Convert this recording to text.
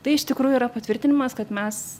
tai iš tikrųjų yra patvirtinimas kad mes